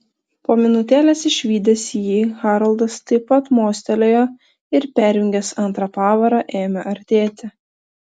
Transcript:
po minutėlės išvydęs jį haroldas taip pat mostelėjo ir perjungęs antrą pavarą ėmė artėti